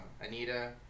Anita